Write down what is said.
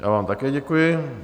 Já vám také děkuji.